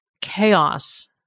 chaos